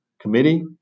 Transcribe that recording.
committee